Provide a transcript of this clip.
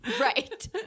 right